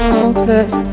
Hopeless